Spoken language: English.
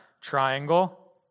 triangle